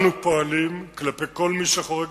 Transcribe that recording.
אנו פועלים כלפי כל מי שחורג